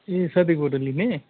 ए साथीकोबाट लिने